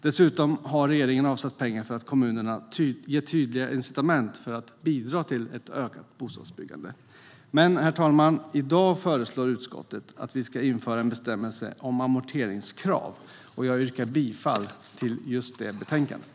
Dessutom har regeringen avsatt pengar för att ge kommunerna tydliga incitament att bidra till ett ökat bostadsbyggande. Herr talman! I dag föreslår dock utskottet att vi ska införa en bestämmelse om amorteringskrav. Jag yrkar bifall till utskottets förslag i betänkandet.